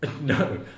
No